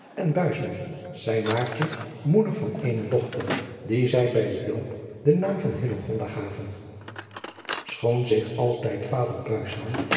en buisman zijn maartje moeder van eene dochter die zij bij den doop den naam van hillegonda gaven schoon zich altijd vader